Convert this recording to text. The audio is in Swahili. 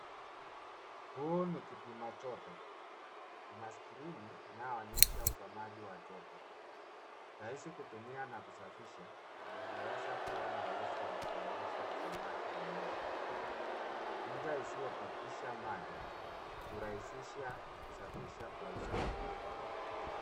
Huu ni kipajoto. Ina skrini inayoonyesha usomaji wa joto. Rahisi kutumia na kusafisha na imeweza kuwa na uwezo wa kuonyesha usomaji wa mwisho. Ncha isiyo pitisha maji hurahisisha kusafisha kwa usafi.